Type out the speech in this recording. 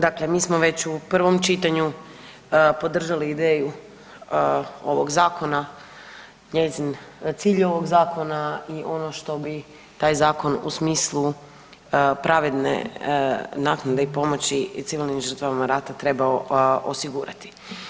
Dakle, mi smo već u prvom čitanju podržali ideju ovog zakona, njezin cilj ovog zakona i ono što bi taj zakon u smislu pravedne naknade i pomoći civilnim žrtvama rata trebao osigurati.